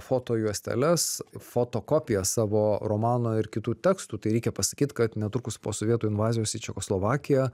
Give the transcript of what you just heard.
fotojuosteles fotokopiją savo romano ir kitų tekstų tai reikia pasakyt kad netrukus po sovietų invazijos į čekoslovakiją